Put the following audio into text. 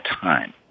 time